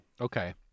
okay